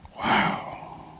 Wow